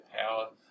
power